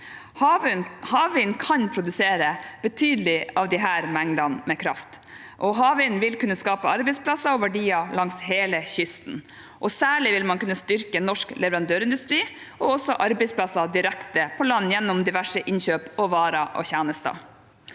Havvind kan produsere betydelige deler av disse mengdene med kraft, og havvind vil kunne skape arbeidsplasser og verdier langs hele kysten. Særlig vil man kunne styrke norsk leverandørindustri og også arbeidsplasser direkte på land, gjennom diverse innkjøp av varer og tjenester.